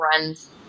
runs